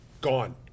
gone